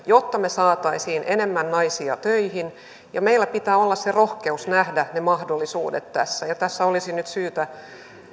jotta me saisimme enemmän naisia töihin meillä pitää olla rohkeus nähdä ne mahdollisuudet ja tässä olisi nyt syytä